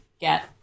get